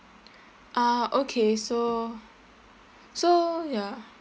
ah okay so so ya